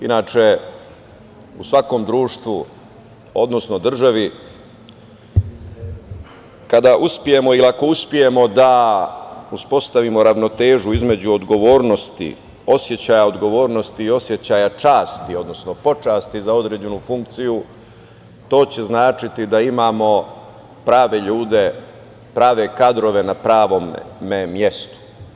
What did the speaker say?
Inače, u svakom društvu, odnosno državi, kada uspemo ili ako uspemo da uspostavimo ravnotežu između odgovornosti, osećaja odgovornosti i osećaja časti, odnosno počasti za određenu funkciju to će značiti da imamo prave ljude, prave kadrove na pravom mestu.